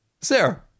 Sarah